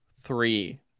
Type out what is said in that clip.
three